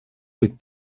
быть